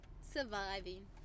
surviving